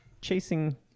chasing